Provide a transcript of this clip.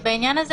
כי בעניין הזה